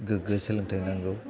गोग्गो सोलोंथाय नांगौ